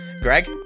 greg